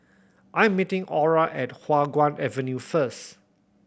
I'm meeting Aura at Hua Guan Avenue first